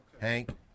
Hank